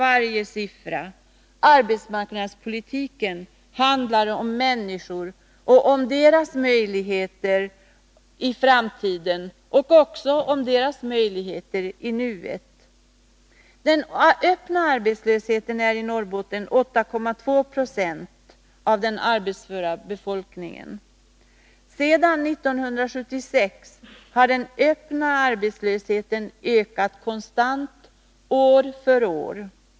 Arbetsmarknadspolitiken handlar om människor, deras möjligheter i nuet och i framtiden. Den öppna arbetslösheten i Norrbotten är 8,2 Zo av den arbetsföra befolkningen. Sedan 1976 har också den öppna arbetslösheten ökat konstant år för år.